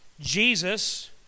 Jesus